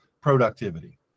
productivity